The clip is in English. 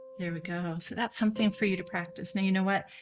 there we go. so that's something for you to practice. now you know what,